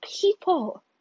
people